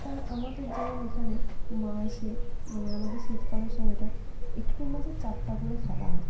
তারা আমাদের যেমন এখানে মাসে মানে আমাদের শীতকালের সময়টা একটি মাসে চারটা করে খেলা হয়